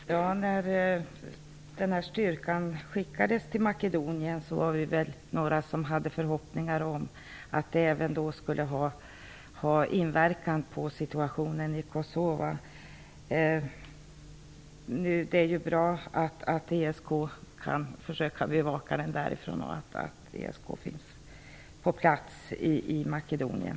Fru talman! När den här styrkan skickades till Makedonien var vi några som hade förhoppningar om att det även skulle ha inverkan på situationen Kosova. Det är bra att ESK kan försöka bevaka detta och att ESK finns på plats i Makedonien.